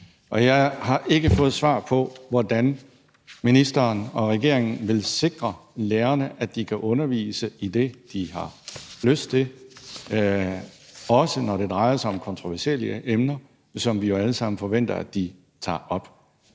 jeg har ikke fået svar på, hvordan ministeren og regeringen vil sikre lærerne, at de kan undervise i det, de har lyst til, også når det drejer sig om kontroversielle emner, som vi jo alle sammen forventer at de tager op.